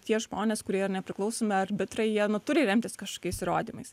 tie žmonės kurie nepriklausomi arbitrai jie nu turi remtis kažkokiais įrodymais